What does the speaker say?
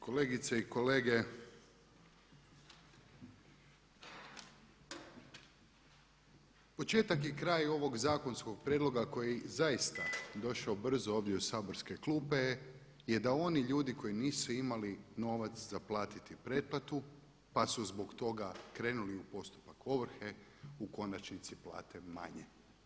Kolegice i kolege početak i kraj ovog zakonskog prijedloga koji je zaista došao brzo ovdje u saborske klupe je da oni ljudi koji nisu imali novac za platiti pretplatu pa su zbog toga krenuli u postupak ovrhe u konačnici plate manje.